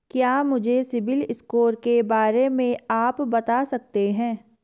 क्या मुझे सिबिल स्कोर के बारे में आप बता सकते हैं?